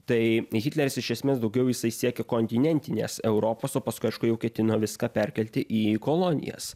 tai hitleris iš esmės daugiau jisai siekė kontinentinės europos o paskui aišku jau ketino viską perkelti į kolonijas